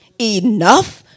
Enough